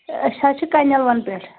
أسۍ حظ چھِ کَنٮ۪ل وَن پٮ۪ٹھ